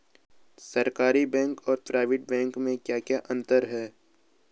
सरकारी बैंक और private bank में क्या क्या अंतर हैं?